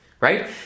right